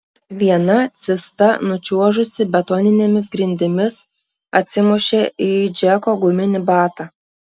viena cista nučiuožusi betoninėmis grindimis atsimušė į džeko guminį batą